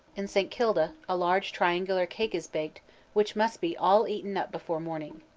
in st. kilda a large triangular cake is baked which must be all eaten up before morning.